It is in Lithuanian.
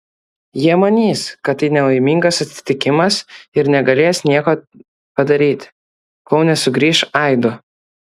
jie manys kad tai nelaimingas atsitikimas ir negalės nieko padaryti kol nesugrįš aido